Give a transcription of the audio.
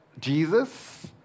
Jesus